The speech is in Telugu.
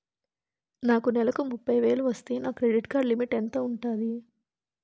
నాకు నెలకు ముప్పై వేలు వస్తే నా క్రెడిట్ కార్డ్ లిమిట్ ఎంత ఉంటాది?